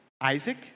Isaac